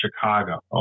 Chicago